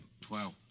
Twelve